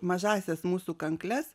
mažąsias mūsų kankles